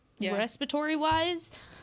respiratory-wise